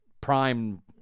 prime